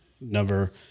number